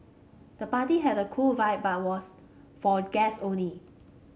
the party had a cool vibe but was for guests only